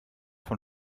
von